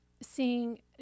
seeing